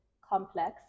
complex